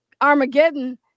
Armageddon